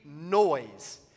noise